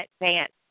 advance